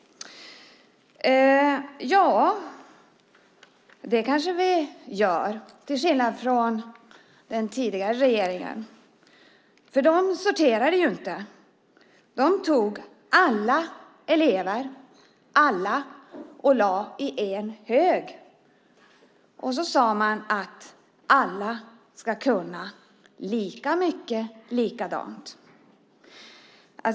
Ja, det kanske vi gör - till skillnad från den tidigare regeringen. De sorterade ju inte. De lade alla elever i en hög och sade att alla ska kunna lika mycket och likadant.